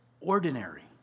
ordinary